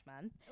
Month